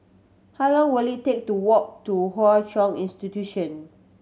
how long will it take to walk to Hwa Chong Institution